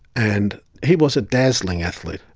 and he was a dazzling athlete.